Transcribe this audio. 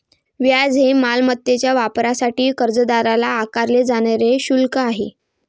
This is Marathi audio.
व्याज हे मालमत्तेच्या वापरासाठी कर्जदाराला आकारले जाणारे शुल्क आहे